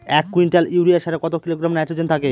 এক quintal urea সারে কত কিলোগ্রাম নাইট্রোজেন থাকে?